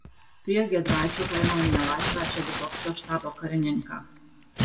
prie giedraičių paėmiau į nelaisvę želigovskio štabo karininką